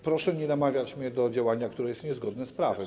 Proszę nie namawiać mnie do działania, które jest niezgodne z prawem.